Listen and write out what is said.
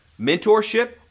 mentorship